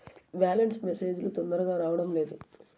Balance message లు తొందరగా రావడం లేదు?